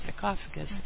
sarcophagus